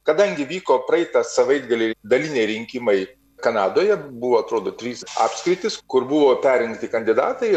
kadangi vyko praeitą savaitgalį daliniai rinkimai kanadoje buvo atrodo trys apskritys kur buvo perrinkti kandidatai